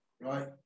right